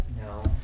No